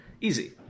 easy